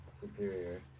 superior